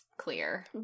clear